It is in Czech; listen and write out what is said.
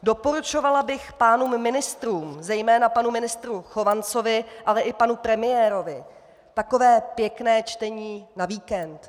Doporučovala bych pánům ministrům, zejména panu ministru Chovancovi, ale i panu premiérovi, takové pěkné čtení na víkend.